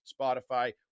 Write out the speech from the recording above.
Spotify